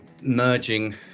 merging